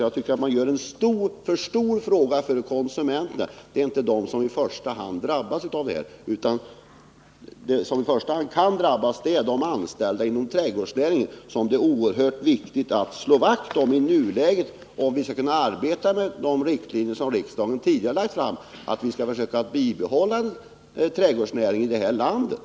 Jag tycker att man gör detta till en alltför stor fråga för konsumenterna. Det är inte de som i första hand drabbas av det här förslaget, utan de som i första hand kan drabbas är de anställda inom trädgårdsnäringen. Och dem är det oerhört viktigt att slå vakt om i nuläget, om vi skall kunna arbeta efter de riktlinjer som riksdagen fastlagt, nämligen att vi skall försöka bibehålla en trädgårdsnäring i det här landet.